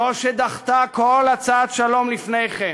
זאת שדחתה כל הצעת שלום לפני כן.